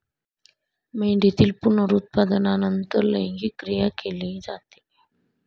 मेंढीतील पुनरुत्पादनानंतर लैंगिक क्रिया केली जाते